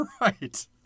Right